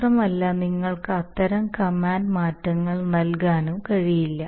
മാത്രമല്ല നിങ്ങൾക്ക് അത്തരം കമാൻഡ് മാറ്റങ്ങൾ നൽകാനും കഴിയില്ല